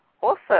Awesome